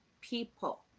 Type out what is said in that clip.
people